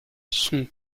son